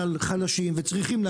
וצריכים,